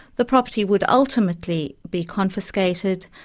the property would, ultimately, be confiscated,